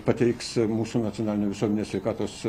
pateiks mūsų nacionalinio visuomenės sveikatos